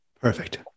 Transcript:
Perfect